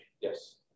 Yes